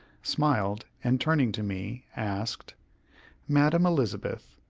smiled, and, turning to me, asked madam elizabeth,